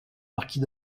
marquis